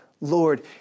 Lord